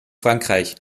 frankreich